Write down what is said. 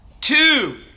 two